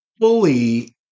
fully